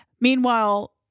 Meanwhile